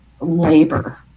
labor